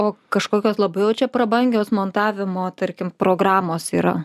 o kažkokios labai jau čia prabangios montavimo tarkim programos yra